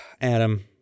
Adam